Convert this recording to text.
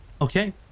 okay